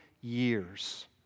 years